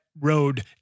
road